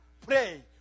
pray